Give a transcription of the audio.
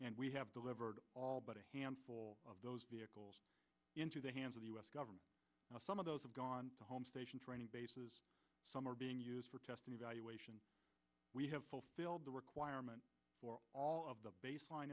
and we have delivered all but a handful of those vehicles into the hands of the u s government now some of those have gone home station training bases some are being used for testing evaluation we have fulfilled the requirement for all of the baseline